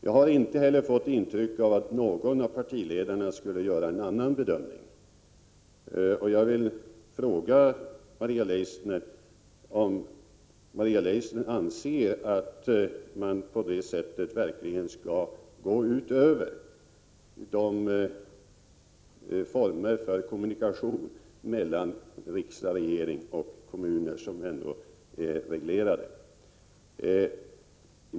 Jag har inte något intryck av att någon av partiledarna skulle göra en annan bedömning. Jag vill fråga Maria Leissner om hon anser att man på det sättet verkligen skall gå ifrån de reglerade formerna för kommunikation mellan riksdag, regering och kommuner.